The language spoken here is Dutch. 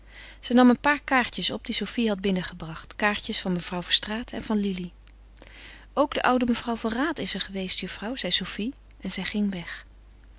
zij nam een paar kaartjes op die sofie had binnengebracht kaartjes van mevrouw verstraeten en van lili ook de oude mevrouw van raat is er geweest juffrouw zeide sofie en zij ging weg